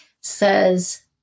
says